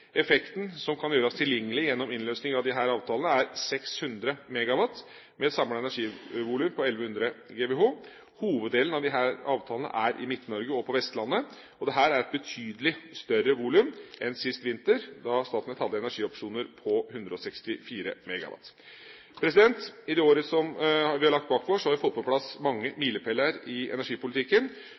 Effekten som kan gjøres tilgjengelig gjennom innløsning av disse avtalene, er 600 MW, med et samlet energivolum på 1 100 GWh. Hoveddelen av disse avtalene er i Midt-Norge og på Vestlandet. Dette er et betydelig større volum enn sist vinter, da Statnett hadde energiopsjonsavtaler på 164 MW. I det året som vi har lagt bak oss, har vi fått på plass mange milepæler i energipolitikken.